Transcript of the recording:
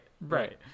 right